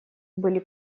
были